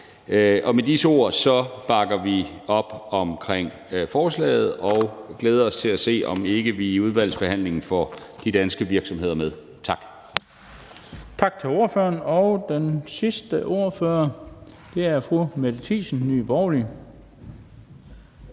Med disse ord bakker vi op omkring forslaget og glæder os til at se, om ikke vi i udvalgsbehandlingen får de danske virksomheder med. Tak.